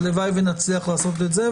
הלוואי ונצליח לעשות את זה.